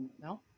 No